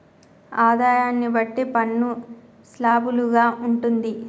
ఆదాయాన్ని బట్టి పన్ను స్లాబులు గా ఉంటుంది